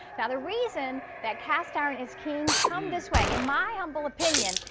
the the reason that cast-iron is king, come this way, in my humble opinion,